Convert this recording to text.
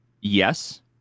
yes